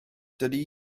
dydy